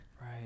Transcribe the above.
Right